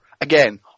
Again